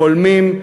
חולמים,